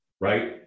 right